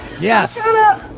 Yes